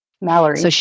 Mallory